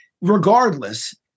Regardless